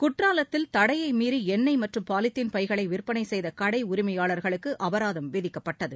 குற்றாலத்தில் தடையை மீறி எண்ணெய் மற்றும் பாலிதின் பைகளை விற்பனை செய்த கடை உரிமையாளர்களுக்கு அபராதம் விதிக்கப்பட்டது